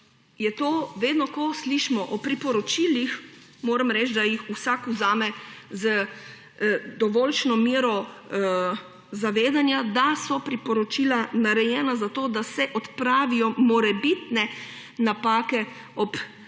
se mi, da vedno, ko slišimo o priporočilih, jih vsak vzame z dovoljšno mero zavedanja, da so priporočila narejena zato, da se odpravijo morebitne napake ob